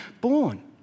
born